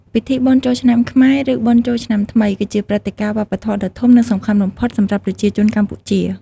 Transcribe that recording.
ពិធីបុណ្យចូលឆ្នាំខ្មែរ ឬ បុណ្យចូលឆ្នំាថ្មី គឺជាព្រឹត្តិការណ៍វប្បធម៌ដ៏ធំ និងសំខាន់បំផុតសម្រាប់ប្រជាជនកម្ពុជា។